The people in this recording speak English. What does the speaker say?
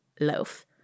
loaf